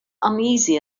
uneasy